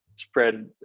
spread